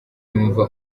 numva